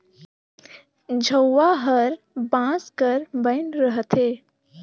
झउहा हर बांस कर बइन रहथे